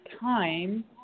time